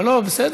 לא, לא, בסדר.